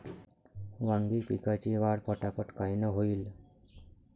वांगी पिकाची वाढ फटाफट कायनं होईल?